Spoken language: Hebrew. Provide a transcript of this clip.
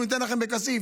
אומרים: ניתן לכם בכסיף,